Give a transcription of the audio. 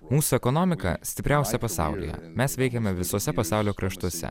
mūsų ekonomika stipriausia pasaulyje mes veikiame visose pasaulio kraštuose